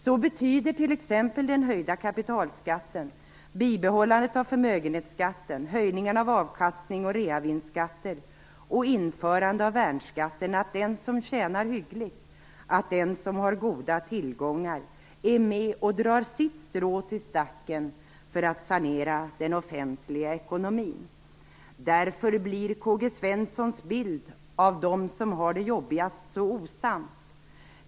Så betyder t.ex. den höjda kapitalskatten, bibehållandet av förmögenhetsskatten, höjningen av avkastnings och reavinstskatterna och införandet av värnskatten att den som tjänar hyggligt, den som har goda tillgångar, är med och drar sitt strå till stacken för att sanera den offentliga ekonomin. Därför blir K-G Svensons bild av dem som har det jobbigast så osann.